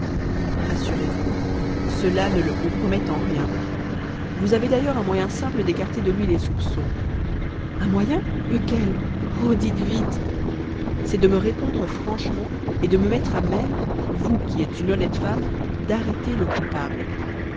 rassurez-vous cela ne le compromet en rien vous avez d'ailleurs un moyen simple d'écarter de lui les soupçons un moyen lequel oh dites vite c'est de me répondre franchement et de me mettre à même vous qui êtes une honnête femme d'arrêter le coupable